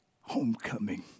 homecoming